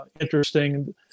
interesting